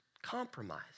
Compromise